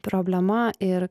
problema ir